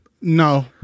No